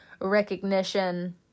recognition